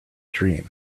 dream